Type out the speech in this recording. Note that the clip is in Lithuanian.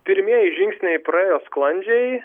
pirmieji žingsniai praėjo sklandžiai